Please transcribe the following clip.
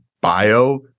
bio